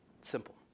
simple